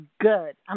good